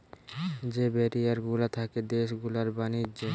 যে ব্যারিয়ার গুলা থাকে দেশ গুলার ব্যাণিজ্য